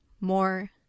more